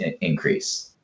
increase